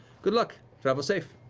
good luck, travel safe.